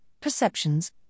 perceptions